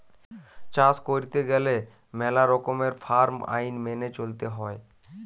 চাষ কইরতে গেলে মেলা রকমের ফার্ম আইন মেনে চলতে হৈ